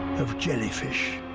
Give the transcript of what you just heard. of jellyfish.